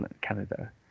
Canada